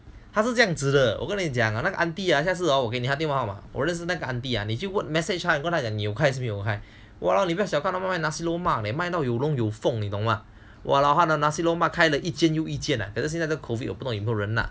他是这样子的我跟你讲了那个 auntie ya 下次哦我给你她的电话号码我认识那个: xia ci o wo gei ni ta de dian hua hao ma wo ren shi na ge auntie 你去 message 她你有开还是没有开我让你不要小看他们 nasi lemak 买到有凤梨懂吗我老汉的 !walao! nasi lemak 开了一间又一间呢可是现在的 COVID 我不懂有没有人